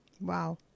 Wow